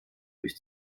durch